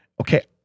Okay